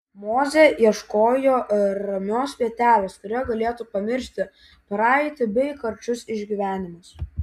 mozė ieškojo ramios vietelės kurioje galėtų pamiršti praeitį bei karčius išgyvenimus